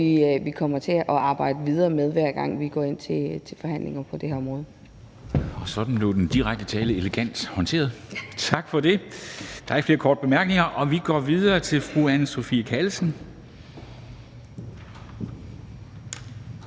vi kommer til at arbejde videre med, hver gang vi går ind til forhandlinger på det her område. Kl. 13:28 Formanden (Henrik Dam Kristensen): Sådan blev den direkte tiltale elegant håndteret. Tak for det. Der er ikke flere korte bemærkninger, og vi går videre til fru Anne Sophie Callesen,